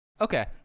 Okay